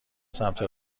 سمت